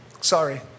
Sorry